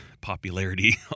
popularity